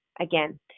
again